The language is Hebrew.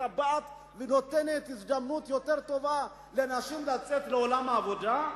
קובעת ונותנת הזדמנות יותר טובה לנשים לצאת לעולם העבודה,